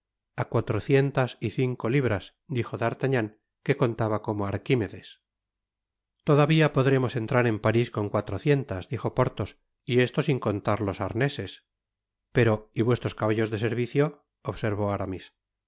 a cuatrocientas y cinco libras dijo d artagnan que contaba como arquimedes todavia podremos entrar en paris con cuatrocientas dijo porthos y esto sin contar los arueses pero y nuestros caballos de servicio observó aramis